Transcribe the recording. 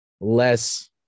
less